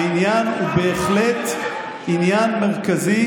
העניין הוא בהחלט עניין מרכזי